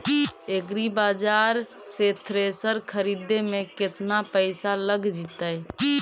एग्रिबाजार से थ्रेसर खरिदे में केतना पैसा लग जितै?